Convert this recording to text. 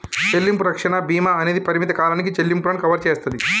చెల్లింపు రక్షణ భీమా అనేది పరిమిత కాలానికి చెల్లింపులను కవర్ చేస్తాది